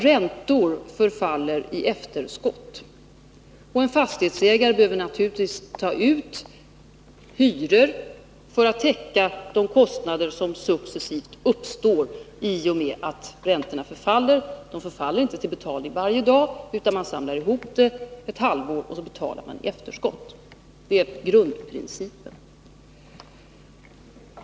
Räntor förfaller i efterskott, och en fastighetsägare behöver naturligtvis ta ut hyror för att täcka de kostnader som successivt uppstår i och med att räntorna förfaller. De förfaller inte till betalning varje dag, utan man samlar ihop räntorna för ett halvår, och så betalar man i efterskott. Det är grundprincipen.